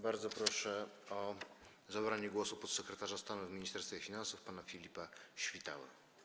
Bardzo proszę o zabranie głosu podsekretarza stanu w Ministerstwie Finansów pana Filipa Świtałę.